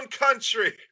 country